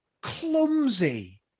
clumsy